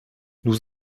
nous